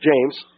James